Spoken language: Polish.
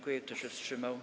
Kto się wstrzymał?